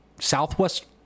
Southwest